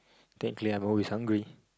technically I'm always hungry